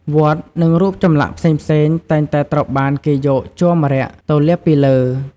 វត្ត និង រូបចម្លាក់ផ្សេងៗតែងតែត្រូវបានគេយកជ័រម្រ័ក្សណ៍ទៅលាបពីលើ។